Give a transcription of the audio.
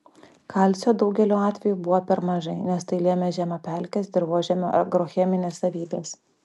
kalcio daugeliu atvejų buvo per mažai nes tai lėmė žemapelkės dirvožemio agrocheminės savybės